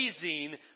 amazing